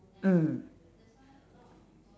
mm